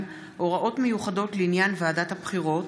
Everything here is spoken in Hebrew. (הוראות מיוחדות לעניין ועדת הבחירות),